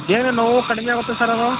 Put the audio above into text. ಬೇಗ ನೋವು ಕಡಿಮೆ ಆಗುತ್ತಾ ಸರ್ ಅದು